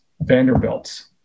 Vanderbilts